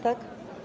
Tak?